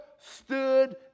stood